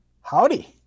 Howdy